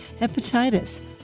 hepatitis